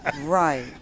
Right